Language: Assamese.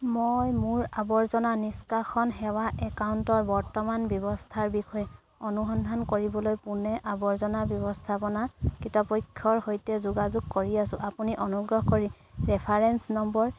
মই মোৰ আৱৰ্জনা নিষ্কাশন সেৱা একাউণ্টৰ বৰ্তমান ব্যৱস্থাৰ বিষয়ে অনুসন্ধান কৰিবলৈ পুনে আৱৰ্জনা ব্যৱস্থাপনা কৰ্তৃপক্ষৰ সৈতে যোগাযোগ কৰি আছোঁ আপুনি অনুগ্ৰহ কৰি ৰেফাৰেন্স নম্বৰ